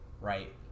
right